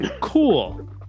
Cool